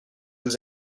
vous